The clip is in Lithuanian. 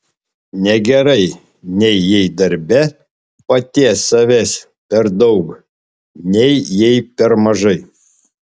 negerai nei jei darbe paties savęs per daug nei jei per mažai